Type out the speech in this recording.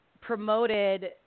promoted